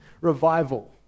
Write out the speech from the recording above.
revival